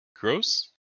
Gross